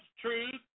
truth